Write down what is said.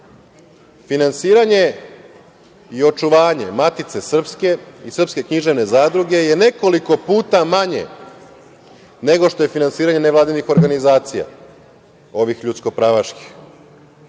finansiranje i očuvanje Matice srpske i Srpske književne zadruge je nekoliko puta manje nego što je finansiranje nevladinih organizacija, ovih ljudsko pravaških.